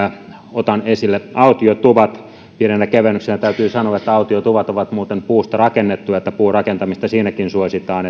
otan esille autiotuvat pienenä kevennyksenä täytyy sanoa että autiotuvat ovat muuten puusta rakennettuja puurakentamista siinäkin suositaan